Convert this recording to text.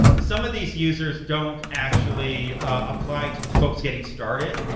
some of these users don't actually applied to the folks getting started,